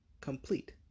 complete